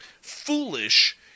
foolish